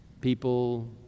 People